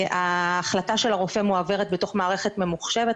וההחלטה של הרופא מועברת בתוך מערכת ממוחשבת,